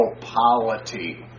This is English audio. polity